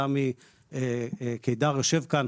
סמי קידר שיושב כאן,